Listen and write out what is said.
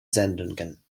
sendungen